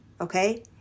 okay